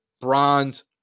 bronze